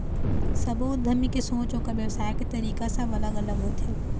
सब्बो उद्यमी के सोच, ओखर बेवसाय के तरीका सब अलग अलग होथे